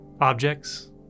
Objects